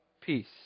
peace